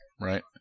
right